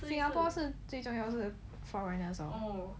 singapore 是最重要是 foreigners